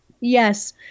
Yes